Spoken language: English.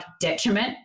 detriment